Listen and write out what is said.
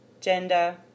gender